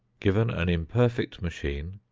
given an imperfect machine,